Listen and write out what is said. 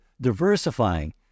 diversifying